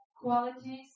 qualities